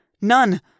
None